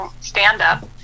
stand-up